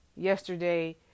Yesterday